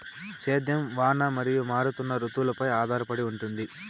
సేద్యం వాన మరియు మారుతున్న రుతువులపై ఆధారపడి ఉంటుంది